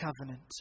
covenant